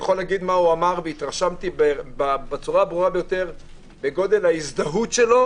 התרשמתי מאוד מגודל ההזדהות שלו